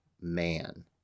man